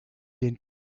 den